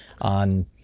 on